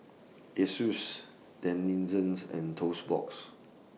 Asus Denizen and Toast Box